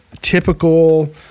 typical